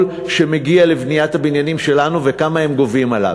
שמגיע לבניית הבניינים שלנו וכמה הם גובים עליו.